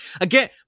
Again